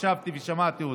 ישבתי ושמעתי אותו.